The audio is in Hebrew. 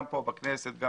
אם